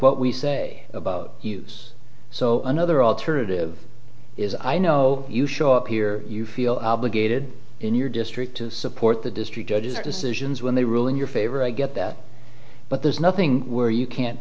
what we say about us so another alternative is i know you show up here you feel obligated in your district to support the district judges decisions when they rule in your favor i get that but there's nothing where you can't